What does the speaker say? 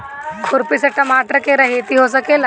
खुरपी से टमाटर के रहेती हो सकेला?